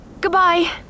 Goodbye